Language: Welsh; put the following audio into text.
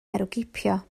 herwgipio